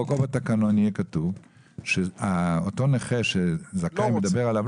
או בתקנון יהיה כתוב שאותו נכה שזכאי מדבר עליו,